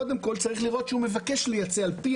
קודם כל צריך לראות שהוא מבקש לייצא על פי